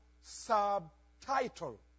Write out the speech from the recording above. subtitle